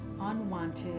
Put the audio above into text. unwanted